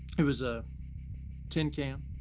it was a tin can.